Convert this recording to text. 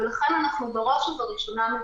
ולכן בראש ובראשונה מוודאים.